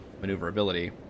maneuverability